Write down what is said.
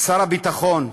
שר הביטחון,